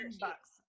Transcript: bucks